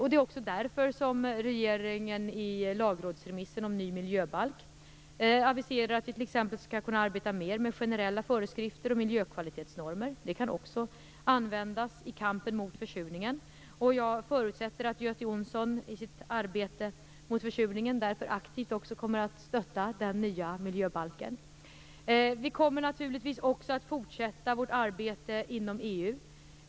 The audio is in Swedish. Det är också därför som regeringen i lagrådsremissen om ny miljöbalk aviserar att vi t.ex. skall kunna arbeta mer med generella föreskrifter och miljökvalitetsnormer. Det kan också användas i kampen mot försurningen. Jag förutsätter därför att Göte Jonsson i sitt arbete mot försurningen också aktivt kommer att stötta den nya miljöbalken. Vi kommer naturligtvis också att fortsätta vårt arbete inom EU.